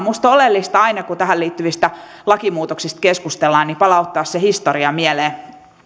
minusta on oleellista aina kun tähän liittyvistä lakimuutoksista keskustellaan palauttaa sen historia mieleen